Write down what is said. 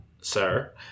Sir